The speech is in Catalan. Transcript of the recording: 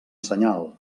senyal